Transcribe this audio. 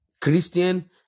Christian